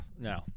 No